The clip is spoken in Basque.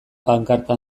pankarta